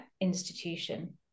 institution